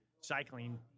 cycling